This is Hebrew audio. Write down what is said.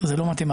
זה לא מתמטיקה.